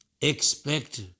Expect